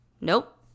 Nope